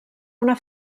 una